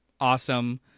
Awesome